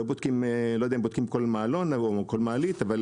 אני לא יודע אם בודקים כל מעלון וכל מעלית אבל